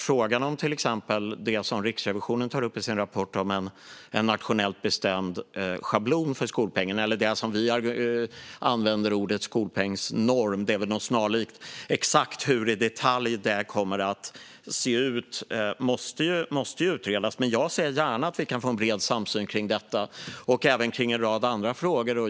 Frågan gäller till exempel det Riksrevisionen tar upp i sin rapport om en nationellt bestämd schablon för skolpengen - eller skolpengsnormen, som är det ord vi använder och som väl är något snarlikt. Exakt hur den kommer att se ut måste ju utredas, men jag ser gärna en bred samsyn kring detta och även kring en rad andra frågor.